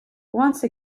once